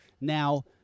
Now